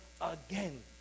again